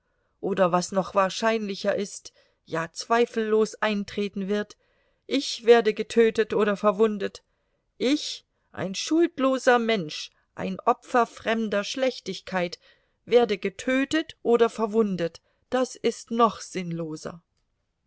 oder was noch wahrscheinlicher ist ja zweifellos eintreten wird ich werde getötet oder verwundet ich ein schuldloser mensch ein opfer fremder schlechtigkeit werde getötet oder verwundet das ist noch sinnloser